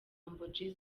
humble